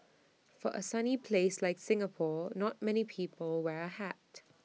for A sunny place like Singapore not many people wear A hat